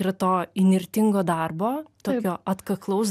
ir to įnirtingo darbo tokio atkaklaus